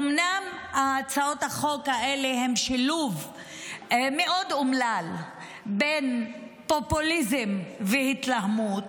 אומנם הצעות החוק האלה הם שילוב מאוד אומלל בין פופוליזם והתלהמות,